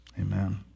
amen